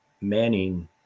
manning